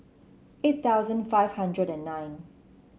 eight thousand five hundred and nine